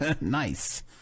Nice